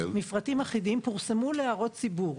מפרטים אחידים פורסמו להערות ציבור.